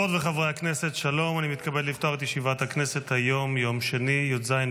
דברי הכנסת ד / מושב שלישי / ישיבה רי"ט / י"ז י"ט